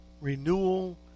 renewal